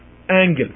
angle